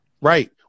right